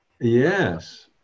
Yes